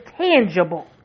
tangible